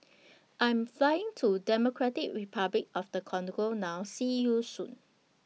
I'm Flying to Democratic Republic of The Congo now See YOU Soon